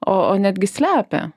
o netgi slepia